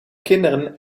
kinderen